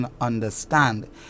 understand